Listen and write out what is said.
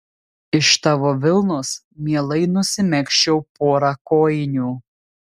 iš tavo vilnos mielai nusimegzčiau porą kojinių